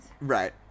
Right